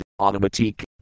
automatique